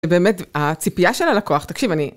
באמת הציפייה של הלקוח. תקשיב, אני...